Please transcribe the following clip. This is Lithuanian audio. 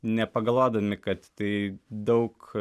nepagalvodami kad tai daug